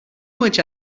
much